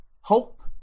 hope